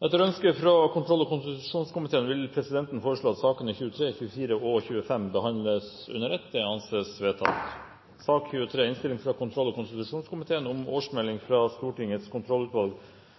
Etter ønske fra kontroll- og konstitusjonskomiteen vil presidenten foreslå at sakene nr. 23, 24 og 25 behandles under ett. – Det anses vedtatt. Etter ønske fra kontroll- og konstitusjonskomiteen